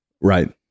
Right